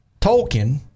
Tolkien